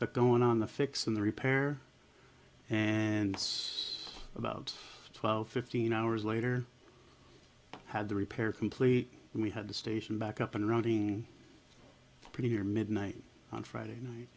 going on the fix in the repair and it's about twelve fifteen hours later i had the repair complete and we had the station back up and running pretty near midnight on friday night